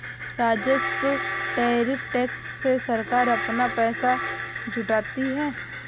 राजस्व tariff tax से सरकार अपना पैसा जुटाती है